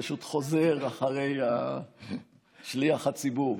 פשוט חוזר אחרי שליח הציבור,